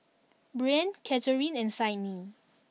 Breann Catharine and Sydnee